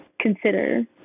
consider